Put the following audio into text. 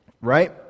right